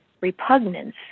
repugnance